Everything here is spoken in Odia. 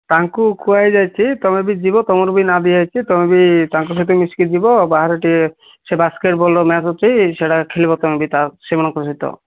ତାଙ୍କୁ କୁହା ହେଇଯାଇଛି ତୁମେ ବି ଯିବ ତୁମର ବି ନା ଦିଆହେଇଛି ତୁମେ ବି ତାଙ୍କ ସହ ମିଶିକି ଯିବ ବାହାର ଟିକେ ସେ ବାସ୍କେଟ୍ବଲର ମ୍ୟାଚ୍ ଅଛି ସେଇଟା ଖେଳିବ ତୁମେ ବି ତା ସେମାନଙ୍କ ସହିତ